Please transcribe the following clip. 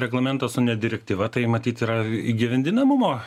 reglamentas o ne direktyva tai matyt yra įgyvendinamumo